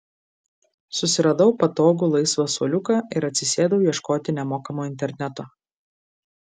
susiradau patogų laisvą suoliuką ir atsisėdau ieškoti nemokamo interneto